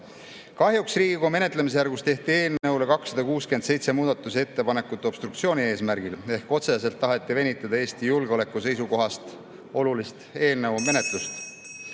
Kahjuks Riigikogu menetlemisjärgus tehti eelnõu kohta 267 muudatusettepanekut obstruktsiooni eesmärgil ehk otseselt taheti venitada Eesti julgeoleku seisukohast olulise eelnõu menetlust.